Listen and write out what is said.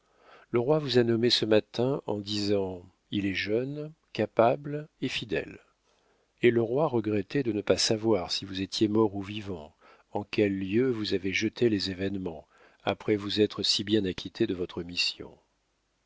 le roi vous a nommé ce matin en disant il est jeune capable et fidèle et le roi regrettait de ne pas savoir si vous étiez mort ou vivant en quel lieu vous avaient jeté les événements après vous être si bien acquitté de votre mission